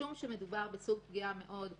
משום שמדובר בסוג פגיעה מאוד אינטימי,